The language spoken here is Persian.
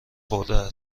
خورده